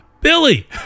Billy